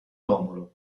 romolo